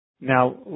Now